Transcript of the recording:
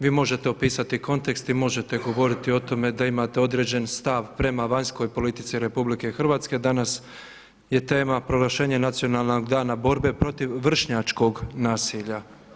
Vi možete opisati kontekst i možete govoriti o tome da imate određen stav prema vanjskoj politici RH, danas je tema „Proglašenje nacionalnog dana borbe protiv vršnjačkog nasilja“